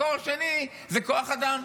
מקור שני זה כוח אדם.